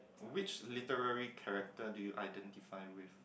which literally character do you identify with